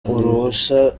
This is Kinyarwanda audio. uruhusa